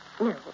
No